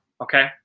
Okay